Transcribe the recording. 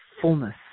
fullness